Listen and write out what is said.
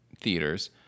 theaters